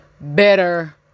better